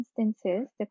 instances